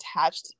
attached